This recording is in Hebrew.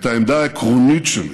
את העמדה העקרונית שלי